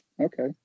okay